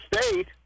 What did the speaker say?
state